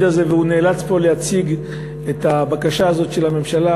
הזה ונאלץ להציג פה את הבקשה הזאת של הממשלה,